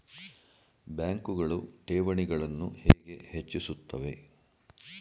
ಬ್ಯಾಂಕುಗಳು ಠೇವಣಿಗಳನ್ನು ಹೇಗೆ ಹೆಚ್ಚಿಸುತ್ತವೆ?